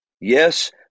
Yes